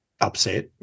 upset